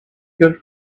good